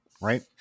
right